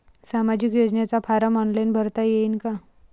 सामाजिक योजनेचा form online भरता येईन का?